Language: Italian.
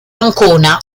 ancona